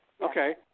Okay